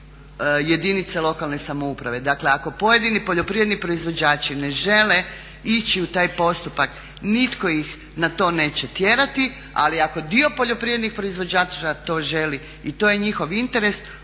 jedinica lokalne samouprave. Dakle, ako pojedini poljoprivredni proizvođači ne žele ići u taj postupak nitko ih na to neće tjerati, ali ako dio poljoprivrednih proizvođača to želi i to je njihov interes